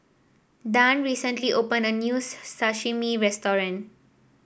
Dann recently opened a new Sashimi restaurant